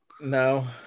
No